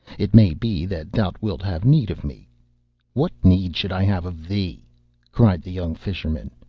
it may be that thou wilt have need of me what need should i have of thee cried the young fisherman,